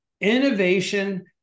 innovation